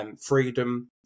freedom